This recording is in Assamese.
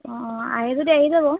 অঁ আহে যদি আহি যাব